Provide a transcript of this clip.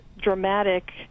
dramatic